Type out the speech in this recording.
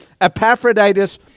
Epaphroditus